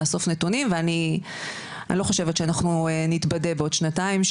לאסוף נתונים ואני לא חושבת שאנחנו נתבדה בעוד שנתיים,